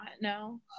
no